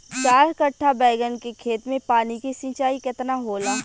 चार कट्ठा बैंगन के खेत में पानी के सिंचाई केतना होला?